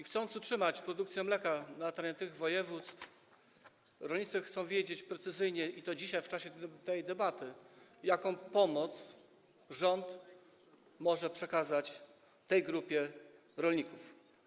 Aby utrzymać produkcję mleka na terenie tych województw, rolnicy powinni dowiedzieć się precyzyjnie, i to dzisiaj, w czasie tej debaty, jaką pomoc rząd może przekazać tej grupie rolników.